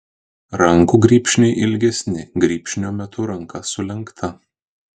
rankų grybšniai ilgesni grybšnio metu ranka sulenkta